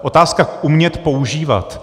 Otázka umět používat.